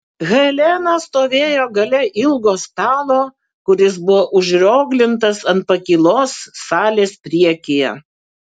helena stovėjo gale ilgo stalo kuris buvo užrioglintas ant pakylos salės priekyje